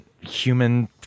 human